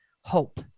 hope